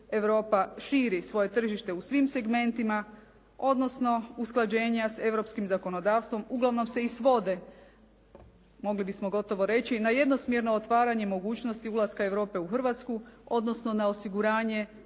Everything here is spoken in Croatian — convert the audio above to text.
Europa širi svoje tržište u svim segmentima odnosno usklađenja s europskim zakonodavstvom uglavnom se i svode, mogli bismo gotovo reći, na jednosmjerno otvaranje mogućnosti ulaska Europe u Hrvatsku odnosno na osiguranje